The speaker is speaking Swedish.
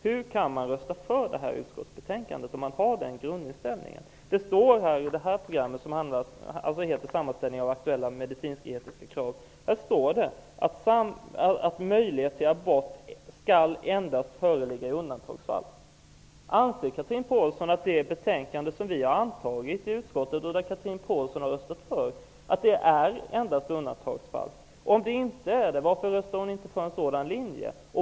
Hur kan man rösta för utskottets hemställan, om man har den grundinställning som Chatrine Pålsson har? Det står i det program från kds som heter Sammanställning av aktuella medicinsk-etiska krav, att möjlighet till abort endast skall föreligga i undantagsfall. Anser Chatrine Pålsson att det betänkande vi har antagit i utskottet, som Chatrine Pålsson har röstat för, innebär att abort tillåts endast i undantagsfall? Om inte, varför röstar hon inte för en sådan linje?